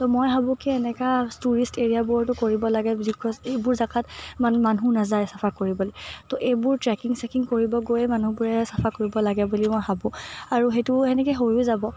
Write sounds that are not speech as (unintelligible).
ত' মই ভাবোঁ কি এনেকুৱা টুৰিষ্ট এৰিয়াবোৰতো কৰিব লাগে (unintelligible) এইবোৰ জেগাত মানুহ মানুহ নাযায় চাফা কৰিবলৈ ত' এইবোৰ ট্ৰেকিং শ্ৰেকিং কৰিব গৈয়ে মানুহবোৰে চাফা কৰিব লাগে বুলি মই ভাবোঁ আৰু সেইটো সেনেকৈ হৈয়ো যাব